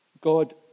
God